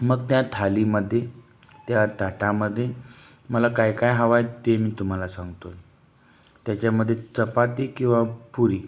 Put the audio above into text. मग त्या थालीमध्ये त्या ताटामध्ये मला काय काय हवं आहे ते मी तुम्हाला सांगतो त्याच्यामध्ये चपाती किंवा पुरी